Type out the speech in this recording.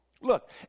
Look